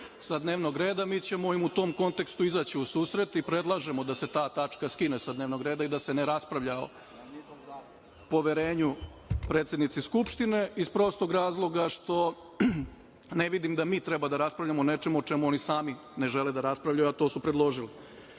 sa dnevnog reda, mi ćemo im u tom kontekstu izaći u susret i predlažemo da se ta tačka skine sa dnevnog reda, da se ne raspravlja o poverenju predsednici Skupštine iz prostog razloga što ne vidim da mi treba da raspravljamo o nečemu o čemu oni sami ne žele da raspravljaju, a to su predložili. Dakle,